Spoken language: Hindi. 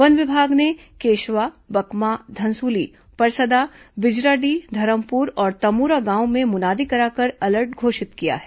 वन विभाग ने केशवा बकमा घनसूली परसदा बिजराडीह धरमपुर और तमोरा गांवों में मुनादी कराकर अलर्ट घोषित किया है